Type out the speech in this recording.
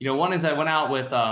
you know one is i went out with,